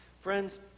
Friends